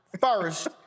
first